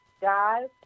Guys